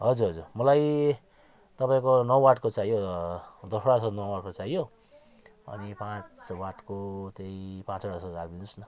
हजुर हजुर मलाई तपाईँको नौ वाटको चाहियो दसवटा जस्तो नौ वाटको चाहियो अनि पाँच वाटको त्यही पाँचवटा जस्तो राखिदिनुहोस् न